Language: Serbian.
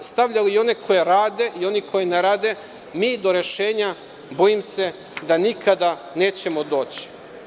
stavljali i one koji rade i one koji ne rade, mi do rešenja, bojim se, da nikada nećemo doći.